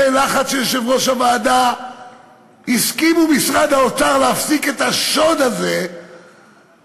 אחרי לחץ של יושב-ראש הוועדה הסכימו במשרד האוצר להפסיק את השוד הזה של